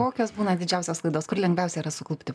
kokios būna didžiausios klaidos kur lengviausia yra suklupti